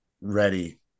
ready